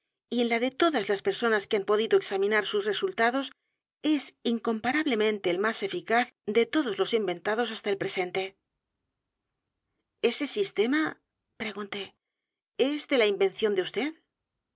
y en la de todas las personas edgar poe novelas y cuentos que han podido examinar sus resultados es incomparablemente el más eficaz de todos los inventados hasta el presente ese sistema pregunté es de la invención de vd